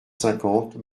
cinquante